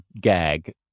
gag